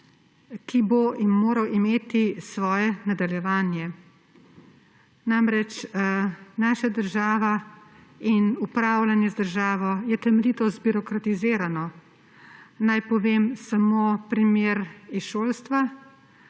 ki bo moral imeti svoje nadaljevanje. Naša država in upravljanje z državo je temeljito zbirokratizirano. Naj povem samo primer iz šolstva.